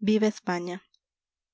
viva españa